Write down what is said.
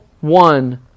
one